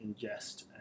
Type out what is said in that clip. ingest